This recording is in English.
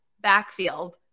backfield